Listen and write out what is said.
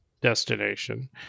destination